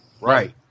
Right